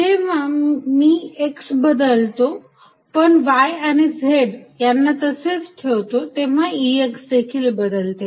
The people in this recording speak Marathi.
जेव्हा मी x बदलतो पण y आणि z यांना तसेच ठेवतो तेव्हा Ex देखील बदलते